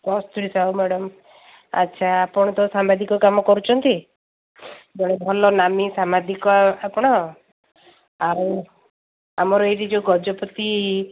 କସ୍ତୁରୀ Sahu madam ଆଚ୍ଛା ଆପଣ ତ ସାମ୍ବାଦିକ କାମ କରୁଛନ୍ତି ଭଲ ନାମୀ ସାମ୍ବାଦିକ ଆପଣ ଆଉ ଆମର ଏଇଠି ଯେଉଁ ଗଜପତି